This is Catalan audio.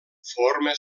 forma